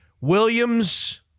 Williams